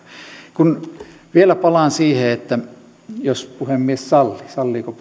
vielä palaan siihen jos puhemies sallii salliiko